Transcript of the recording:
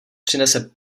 přinese